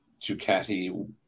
Ducati